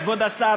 כבוד השר,